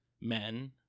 men